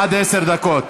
עד עשר דקות.